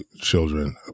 children